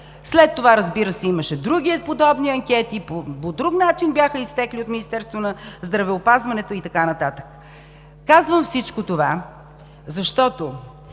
След това, разбира се, имаше и други подобни анкети, по друг начин бяха изтекли от Министерството на здравеопазването и така нататък. Казвам всичко това, защото